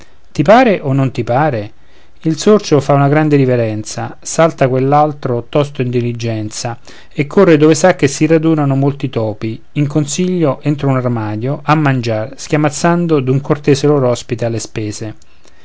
ti pare o non ti pare il sorcio fa una grande riverenza salta quell'altro tosto in diligenza e corre dove sa che si radunano molti topi in consiglio entro un armadio a mangiar schiamazzando d'un cortese lor ospite alle spese